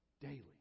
daily